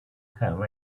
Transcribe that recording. have